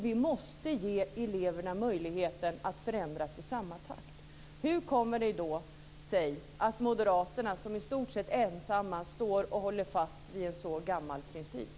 Vi måste ge eleverna möjligheter att förändras i samma takt. Hur kommer det sig då att moderaterna i stort sett ensamma håller fast vid en så gammal princip?